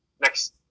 next